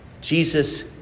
Jesus